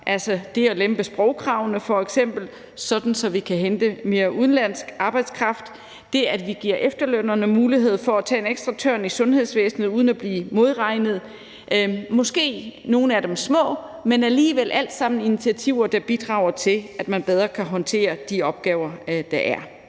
f.eks. det at lempe sprogkravene, sådan at vi kan hente mere udenlandsk arbejdskraft, og det, at vi giver efterlønnerne en mulighed for at tage en ekstra tørn i sundhedsvæsenet uden at blive modregnet. Måske er nogle af initiativerne små, men det er alligevel alt sammen initiativer, der bidrager til, at man bedre kan håndtere de opgaver, der er.